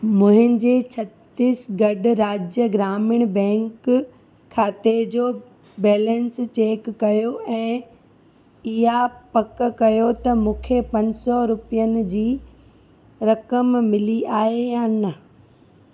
मुंहिंजे छत्तीसगढ़ राज्य ग्रामीण बैंक खाते जो बैलेंस चैक कयो ऐं इहा पक कयो त मूंखे पंज सौ रुपियनि जी रक़म मिली आहे या न